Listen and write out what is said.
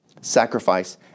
sacrifice